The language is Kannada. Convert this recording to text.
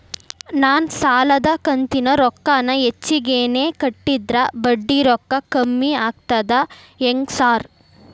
ನಾನ್ ಸಾಲದ ಕಂತಿನ ರೊಕ್ಕಾನ ಹೆಚ್ಚಿಗೆನೇ ಕಟ್ಟಿದ್ರ ಬಡ್ಡಿ ರೊಕ್ಕಾ ಕಮ್ಮಿ ಆಗ್ತದಾ ಹೆಂಗ್ ಸಾರ್?